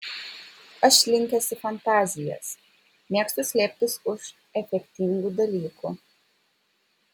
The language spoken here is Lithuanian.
aš linkęs į fantazijas mėgstu slėptis už efektingų dalykų